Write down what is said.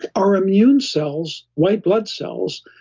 our immune cells, white blood cells,